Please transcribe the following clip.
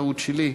טעות שלי.